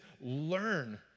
learn